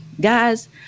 guys